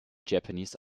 japanese